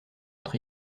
autre